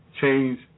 change